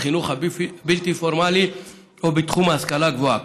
בחינוך בלתי פורמלי או בתחום ההשכלה הגבוהה.